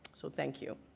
so thank you.